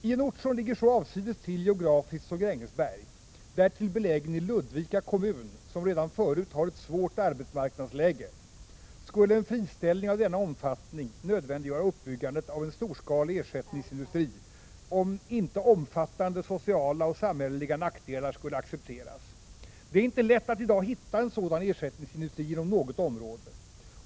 I en ort som ligger så avsides till geografiskt som Grängesberg — därtill belägen i Ludvika kommun, som redan förut har ett svårt arbetsmarknadsläge — skulle en friställning av denna omfattning nödvändiggöra uppbyggandet av en storskalig ersättningsindustri om inte omfattande sociala och samhälleliga nackdelar skulle accepteras. Det är inte lätt att i dag hitta en sådan ersättningsindustri inom något område.